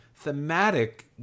thematic